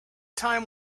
time